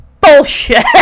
Bullshit